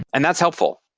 and that's helpful.